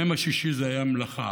המ"ם השישי זה המלאכה,